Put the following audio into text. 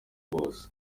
bose